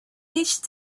each